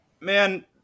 Man